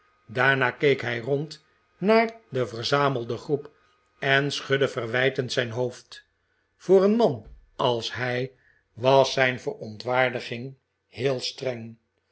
daarna keek hij rond naar de verzamelde groep en schudde verwijtend zijn hoofd voor een man als hij was zijn verontwaardiging heel streng